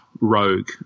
Rogue